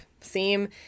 theme